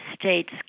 states